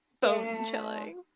Bone-chilling